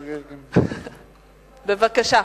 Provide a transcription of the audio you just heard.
בבקשה.